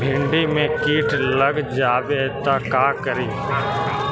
भिन्डी मे किट लग जाबे त का करि?